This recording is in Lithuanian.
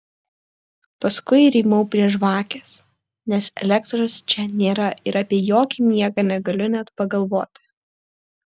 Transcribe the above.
paskui rymau prie žvakės nes elektros čia nėra ir apie jokį miegą negaliu net pagalvoti